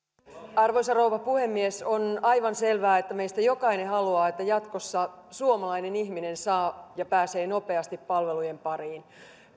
arvoisa rouva puhemies on aivan selvää että meistä jokainen haluaa että jatkossa suomalainen ihminen pääsee nopeasti palvelujen pariin